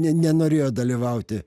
ne nenorėjo dalyvauti